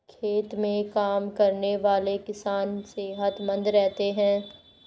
खेत में काम करने वाले किसान सेहतमंद रहते हैं